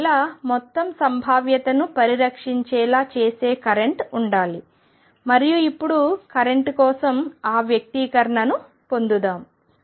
అందువల్ల మొత్తం సంభావ్యతను పరిరక్షించేలా చేసే కరెంట్ ఉండాలి మరియు ఇప్పుడు కరెంట్ కోసం ఆ వ్యక్తీకరణను పొందుదాం